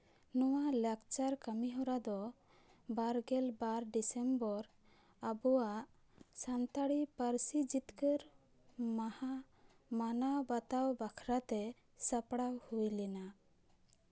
ᱱᱚᱣᱟ ᱞᱟᱠᱪᱟᱨ ᱠᱟᱹᱢᱤ ᱦᱚᱨᱟᱫᱚ ᱵᱟᱨ ᱜᱮᱞ ᱵᱟᱨ ᱰᱤᱥᱮᱢᱵᱚᱨ ᱟᱵᱚᱣᱟᱜ ᱥᱟᱱᱛᱟᱲᱤ ᱯᱟᱹᱨᱥᱤ ᱡᱤᱛᱠᱟᱹᱨ ᱢᱟᱦᱟ ᱢᱟᱱᱟᱣ ᱵᱟᱛᱟᱣ ᱵᱟᱠᱷᱨᱟᱛᱮ ᱥᱟᱯᱲᱟᱣ ᱦᱩᱭ ᱞᱮᱱᱟ